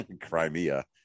Crimea